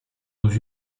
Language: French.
aux